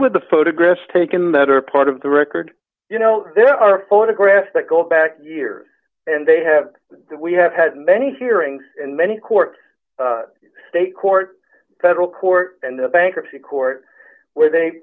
with the photographs taken that are part of the record you know there are photographs that go back years and they have that we have had many hearings and many court state court federal court and the bankruptcy court where they